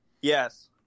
Yes